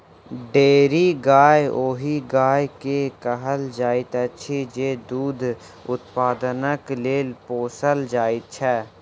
dairy गाय ओहि गाय के कहल जाइत अछि जे दूध उत्पादनक लेल पोसल जाइत छै